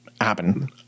happen